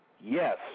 Yes